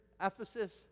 Ephesus